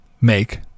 make